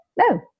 No